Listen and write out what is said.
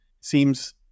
seems